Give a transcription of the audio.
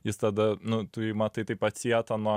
jis tada nu tu jį matai taip atsietą nuo